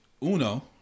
Uno